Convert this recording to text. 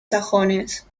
sajones